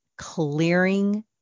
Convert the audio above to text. clearing